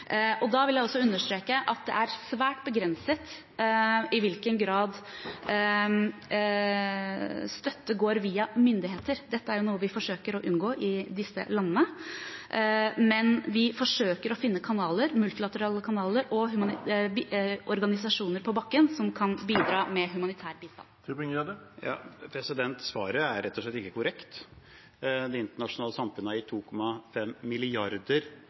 begrenset i hvilken grad støtte går via myndigheter; dette er jo noe vi forsøker å unngå i disse landene. Vi forsøker å finne multilaterale kanaler og organisasjoner på bakken som kan bidra med humanitær bistand. Christian Tybring-Gjedde – til oppfølgingsspørsmål. Svaret er rett og slett ikke korrekt. Det internasjonale samfunnet har gitt 2,5